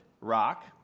rock